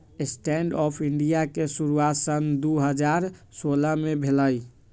stand up India के शुरुआत सन दू हज़ार सोलह में भेलइ